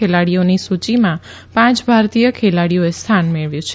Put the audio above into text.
ખેલાડીઓની સૂચીમાં પાંચ ભારતીય ખેલાડીઓએ સ્થાન મેળવ્યું છે